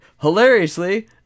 hilariously